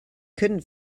couldn’t